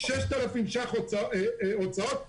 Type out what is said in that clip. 6,000 ש"ח הוצאות,